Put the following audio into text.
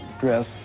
dress